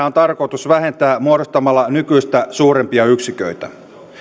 on tarkoitus vähentää muodostamalla nykyistä suurempia yksiköitä